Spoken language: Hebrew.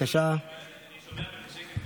אני שומר על השקט,